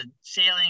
sailing